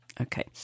Okay